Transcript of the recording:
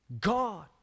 God